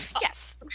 yes